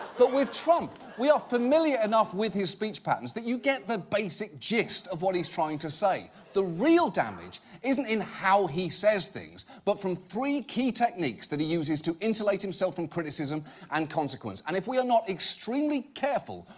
but with trump, we are familiar enough with his speech patterns that you get the basic gist of what he's trying to say. the real damage isn't in how he says things, but from three key techniques that he uses to insulate himself from criticism and consequence. and if we are not extremely careful,